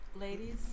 ladies